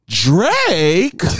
drake